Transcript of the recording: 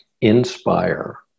inspire